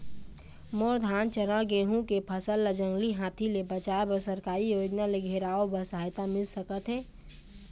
मोर धान चना गेहूं के फसल ला जंगली हाथी ले बचाए बर सरकारी योजना ले घेराओ बर सहायता मिल सका थे?